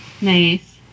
Nice